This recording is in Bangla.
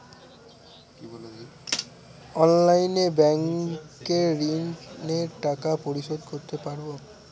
অনলাইনে ব্যাংকের ঋণের টাকা পরিশোধ করতে পারবো?